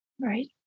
Right